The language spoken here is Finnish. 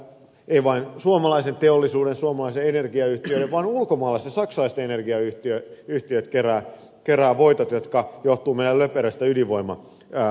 ei vain suomalainen teollisuus suomalaiset energiayhtiöt vaan ulkomaalaiset saksalaiset energiayhtiöt keräävät voitot jotka johtuvat meidän löperöstä ydinvoimalainsäädännöstä